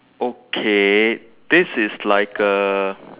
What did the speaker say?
okay this is like uh